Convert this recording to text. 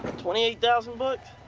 twenty eight thousand bucks?